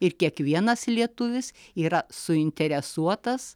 ir kiekvienas lietuvis yra suinteresuotas